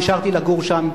נשארתי לגור שם.